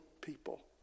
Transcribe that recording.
People